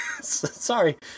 Sorry